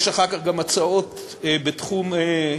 יש אחר כך גם הצעות בתחום החשמל.